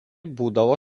būdavo